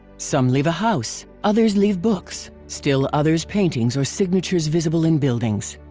some leave a house, others leave books, still others paintings or signatures visible in buildings.